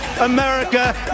America